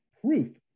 proof